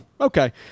okay